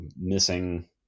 missing